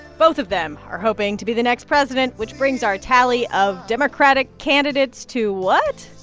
both of them are hoping to be the next president, which brings our tally of democratic candidates to what